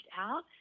out